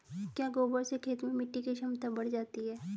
क्या गोबर से खेत में मिटी की क्षमता बढ़ जाती है?